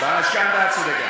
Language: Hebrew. במשכנתה את צודקת.